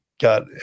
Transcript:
got